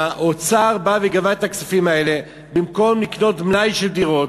והאוצר בא וגבה את הכספים האלה במקום לקנות מלאי של דירות